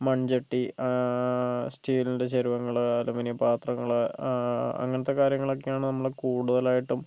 മൺചട്ടി സ്റ്റീലിൻ്റെ ചെരുവങ്ങള് അലുമിനിയം പാത്രങ്ങള് അങ്ങനെത്തെ കാര്യങ്ങളൊക്കെയാണ് നമ്മള് കൂടുതലായിട്ടും